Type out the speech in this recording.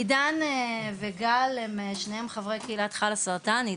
עידן וגל, שניהם חברי קהילת ׳חלאסרטן׳.